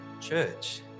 church